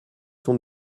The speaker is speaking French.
son